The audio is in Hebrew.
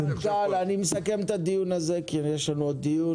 אני מסכם את הדיון הזה כי יש לנו עוד דיון.